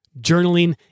journaling